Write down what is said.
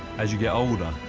as you get older,